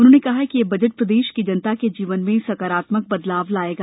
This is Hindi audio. उन्होंने कहा कि यह बजट प्रदेश की जनता के जीवन में सकारात्मक बदलाव लाएगा